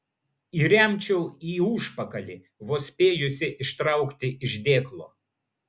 įremčiau į užpakalį vos spėjusi ištraukti iš dėklo